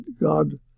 God